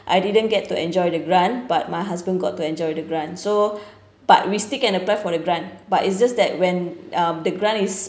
I didn't get to enjoy the grant but my husband got to enjoy the grant so but we still can apply for the grant but it's just that when um the grant is